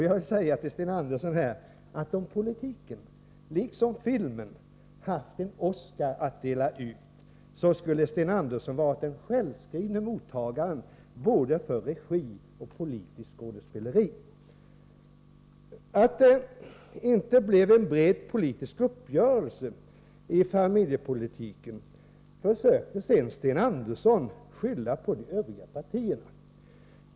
Jag vill säga till Sten Andersson att om politiken, liksom filmen, haft en Oscar att dela ut, skulle Sten Andersson varit den självskrivne mottagaren av priset, både för regi och för politiskt skådespeleri. Att det inte blev en bred politisk uppgörelse om familjepolitiken försökte Sten Andersson sedan skylla på de övriga partierna.